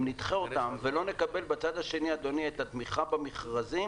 אם נדחה אותן ולא נקבל בצד השני את התמיכה במכרזים,